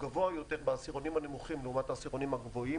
גבוה יותר בעשירונים הנמוכים לעומת העשירונים הנמוכים.